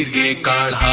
ah a girl